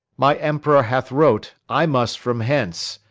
my emperor hath wrote i must from hence,